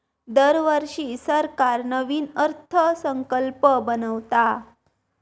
दरवर्षी सरकार नवीन अर्थसंकल्प बनवता